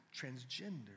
transgender